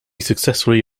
successfully